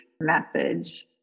message